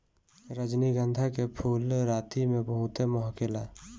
रजनीगंधा के फूल राती में बहुते महके ला